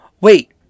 Wait